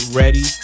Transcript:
ready